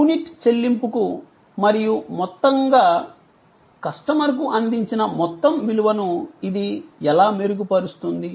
unit చెల్లింపు కు మరియు మొత్తంగా కస్టమర్కు అందించిన మొత్తం విలువను ఇది ఎలా మెరుగుపరుస్తుంది